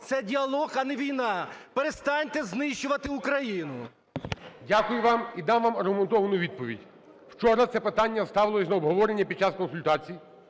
це діалог, а не війна. Перестаньте знищувати Україну. ГОЛОВУЮЧИЙ. Дякую вам. І дам вам аргументовану відповідь. Вчора це питання ставилося на обговорення під час консультацій.